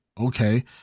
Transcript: okay